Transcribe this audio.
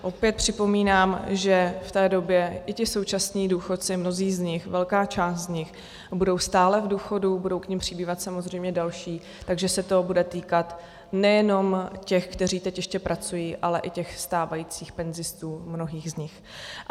Opět připomínám, že v té době i ti současní důchodci, mnozí z nich, velká část z nich budou stále v důchodu, budou k nim přibývat samozřejmě další, takže se to bude týkat nejenom těch, kteří ještě teď pracují, ale i těch stávajících penzistů, mnohých z nich.